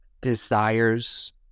desires